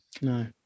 No